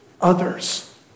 others